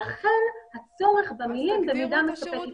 לכן הצורך במילים "במידה מספקת".